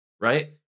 right